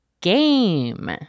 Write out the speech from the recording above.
GAME